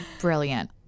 Brilliant